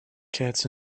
cats